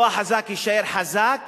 לא החזק יישאר חזק